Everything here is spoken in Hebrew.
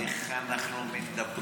איך אנחנו מדברים.